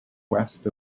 west